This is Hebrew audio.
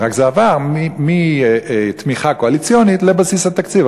רק זה עבר מתמיכה קואליציונית לבסיס התקציב,